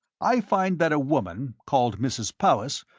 i find that a woman, called mrs. powis,